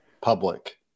public